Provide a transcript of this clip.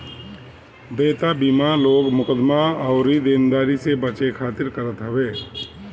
देयता बीमा लोग मुकदमा अउरी देनदारी से बचे खातिर करत हवे